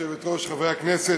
גברתי היושבת-ראש, חברי הכנסת,